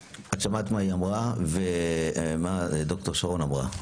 שמעת את מה שד"ר שרון אלרעי אמרה.